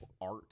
art